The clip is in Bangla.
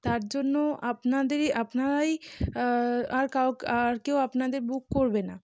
তার জন্য আপনাদেরই আপনারাই আর কাউকে আর কেউ আপনাদের বুক করবে না